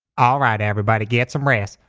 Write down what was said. alright, everybody get some rest!